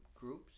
groups